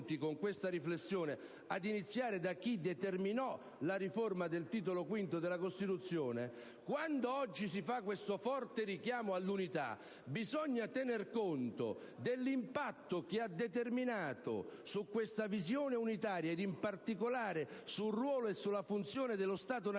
Quando oggi si fa questo forte richiamo all'unità, bisogna tener conto dell'impatto che ha determinato su questa visione unitaria e, in particolare, sul ruolo e sulla funzione dello Stato nazionale